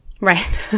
right